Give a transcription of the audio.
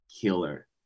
Killer